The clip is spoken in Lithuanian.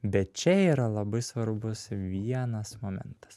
bet čia yra labai svarbus vienas momentas